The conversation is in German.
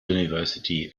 university